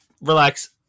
relax